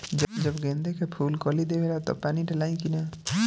जब गेंदे के फुल कली देवेला तब पानी डालाई कि न?